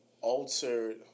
altered